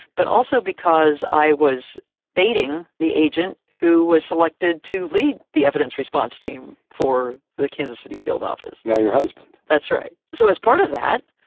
but also because i was dating the agent who was selected to lead the evidence response team for the kansas city field office. now, your husband. that's right. so as part of that,